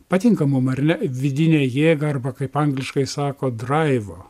patinka mum ar ne vidinę jėgą arba kaip angliškai sako draivo